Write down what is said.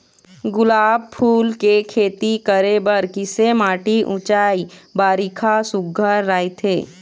गुलाब फूल के खेती करे बर किसे माटी ऊंचाई बारिखा सुघ्घर राइथे?